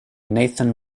nathan